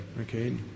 okay